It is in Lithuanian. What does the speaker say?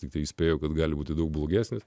tiktai įspėjo kad gali būti daug blogesnis